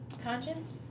Conscious